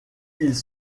ils